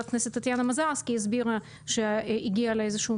כשחה"כ טטיאנה מזרסקי הסבירה שהגיע אליה איזשהו